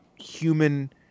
human